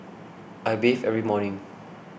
I bathe every morning